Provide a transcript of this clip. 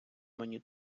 мені